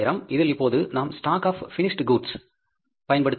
இதில் இப்போது நாம் ஷ்டாக் ஆப் பினிஷெட் கூட்ஸ் பயன்படுத்த வேண்டும்